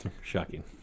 shocking